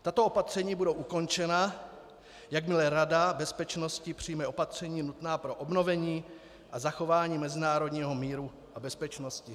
Tato opatření budou ukončena, jakmile Rada bezpečnosti přijme opatření nutná pro obnovení a zachování mezinárodního míru a bezpečnosti.